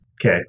Okay